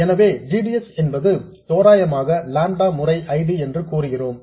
எனவே g d s என்பது தோராயமாக லாம்டா முறை I D என்று கூறுகிறோம்